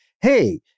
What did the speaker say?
hey